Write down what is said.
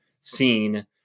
scene